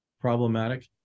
problematic